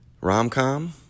rom-com